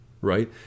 right